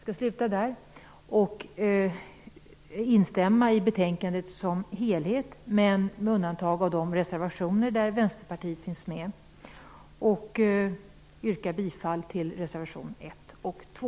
Jag skall till slut instämma i utskottets hemställan i dess helhet med undantag för de punkter där det finns reservationer från Vänsterpartiet. Jag yrkar bifall till reservationerna 1 och 2.